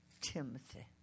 Timothy